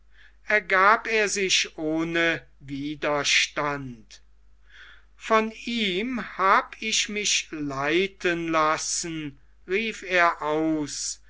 ergab er sich ohne widerstand von ihm habe ich mich leiten lassen rief er aus